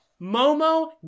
momo